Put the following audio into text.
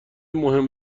مهم